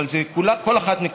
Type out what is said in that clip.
אבל כל אחד הוא נקודה.